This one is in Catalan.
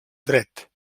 dret